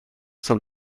som